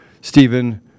Stephen